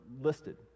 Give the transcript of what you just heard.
listed